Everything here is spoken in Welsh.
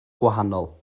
gwahanol